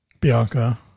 Bianca